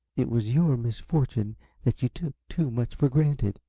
it was your misfortune that you took too much for granted.